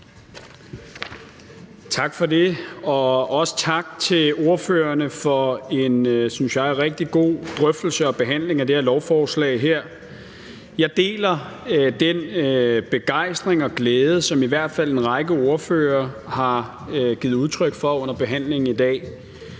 Tak for det, og også tak til ordførerne for en, synes jeg, rigtig god drøftelse og behandling af det her lovforslag. Jeg deler den begejstring og glæde, som i hvert fald en række ordførere har givet udtryk for under behandlingen i dag.